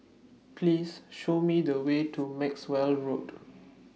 Please Show Me The Way to Maxwell Road